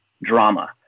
drama